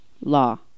Law